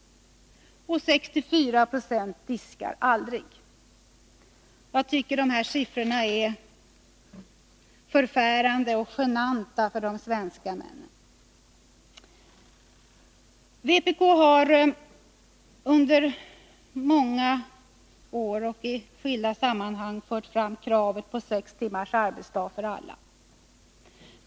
64 90 diskar aldrig. Jag tycker att dessa siffror är förfärande — och genanta för de svenska männen. Vpk har under många år och i skilda sammanhang fört fram kravet på sex timmars arbetsdag för alla.